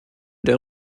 der